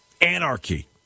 anarchy